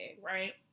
right